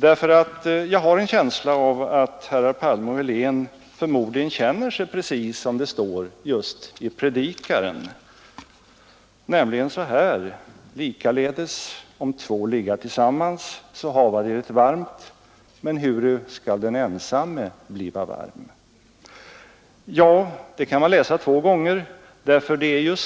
Jag har nämligen en känsla av att herrar Palme och Helén känner sig ungefär som det står i Predikaren: ”Likaledes, om två ligga tillsammans, så hava de det varmt; men huru skall den ensamme bliva varm?” Ja, det är